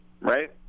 right